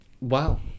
Wow